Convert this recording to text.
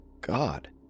God